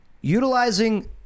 utilizing